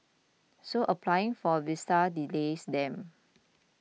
so applying for a visa delays them